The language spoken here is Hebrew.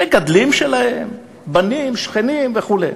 מגדלים שלהם, בנים, שכנים וכו'.